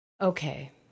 Okay